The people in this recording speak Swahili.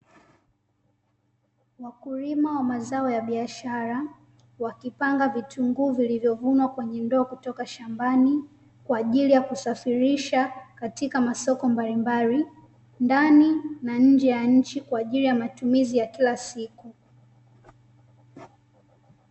Wakulima wa mazao ya biashara, wakipanga vitunguu vilivyovunwa kwenye ndoo kutoka shambani, kwa ajili ya kusafirisha, katika masoko mbalimbali, ndani na nje ya nchi kwa ajili ya matumizi ya kila siku.